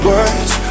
Words